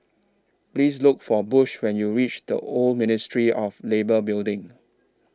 Please Look For Bush when YOU REACH Old Ministry of Labour Building